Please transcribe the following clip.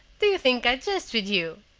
do you think i jest with you?